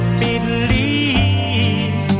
believe